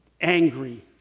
angry